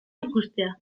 ikustea